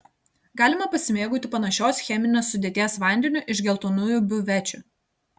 galima pasimėgauti panašios cheminės sudėties vandeniu iš geltonųjų biuvečių